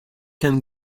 can